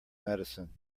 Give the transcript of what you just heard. medicine